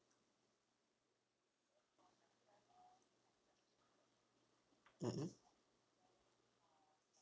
mmhmm